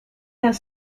has